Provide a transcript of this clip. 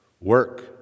work